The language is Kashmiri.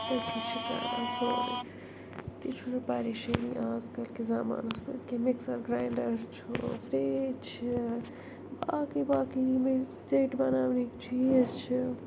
تٔتھٕے چھِ کران سورُے تہِ چھُ نہٕ پریشٲنی اَزکَل کِس زَمانَس مَنٛز کیٚنٛہہ مِکسَر گرٛاینٛڈر چھُ فرٛج چھِ باقٕے باقٕے یمے ژیٚٹۍ بناونٕکۍ چیٖز چھِ